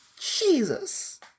Jesus